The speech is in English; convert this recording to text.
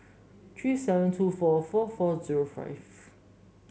three seven two four four four zero five